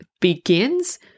begins